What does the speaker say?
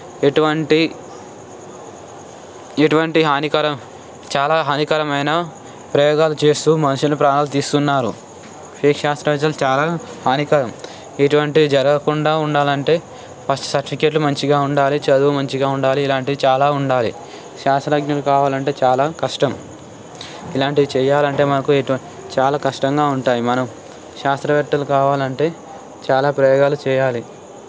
ఎటువంటి ఎటువంటి హానికరం చాలా హానికరమైన ప్రయోగాలు చేస్తూ మనుషులు ప్రాణాలు తీస్తున్నారు ఫేక్ శాస్త్రవేత్తలు చాలా హానికరం ఇటువంటి జరగకుండా ఉండాలంటే ఫస్ట్ సర్టిఫికెట్లు మంచిగా ఉండాలి చదువు మంచిగా ఉండాలి ఇలాంటి చాలా ఉండాలి శాస్త్రజ్ఞులు కావాలంటే చాలా కష్టం ఇలాంటివి చేయాలంటే మనకు ఎటు చాలా కష్టంగా ఉంటాయి మనం శాస్త్రవేత్తలు కావాలంటే చాలా ప్రయోగాలు చేయాలి